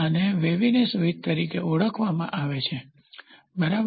આને વેવીનેસ વીથ તરીકે ઓળખવામાં આવે છે બરાબર